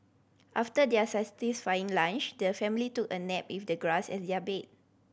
after their satisfying lunch the family took a nap with the grass as their bed